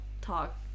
talk